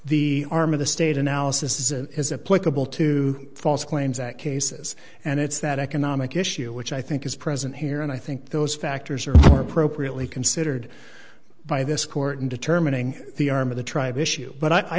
the arm of the state analysis is a is a political two false claims that cases and it's that economic issue which i think is present here and i think those factors are more appropriately considered by this court in determining the arm of the tribe issue but i